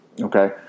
Okay